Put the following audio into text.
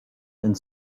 and